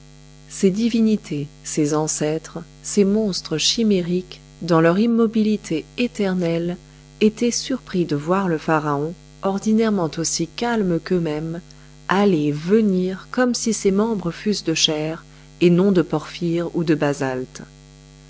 ces divinités ces ancêtres ces monstres chimériques dans leur immobilité éternelle étaient surpris de voir le pharaon ordinairement aussi calme qu'eux mêmes aller venir comme si ses membres fussent de chair et non de porphyre ou de basalte